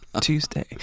Tuesday